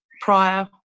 prior